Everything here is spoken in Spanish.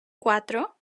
cuatro